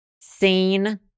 seen